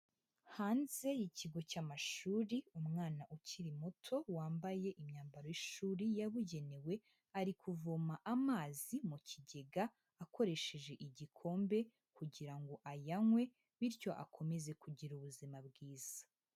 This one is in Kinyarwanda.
Hanze y'ikigo cy'amashuri umwana ukiri muto wambaye imyambaro y'ishuri yabugenewe, ari kuvoma amazi mu kigega akoresheje igikombe kugira ngo ayanywe bityo akomeze kugira ubuzima bwiza.